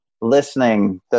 listening